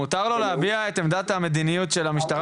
מותר לו להביע את עמדת המדיניות של המשטרה,